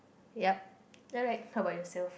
yup alright how about yourself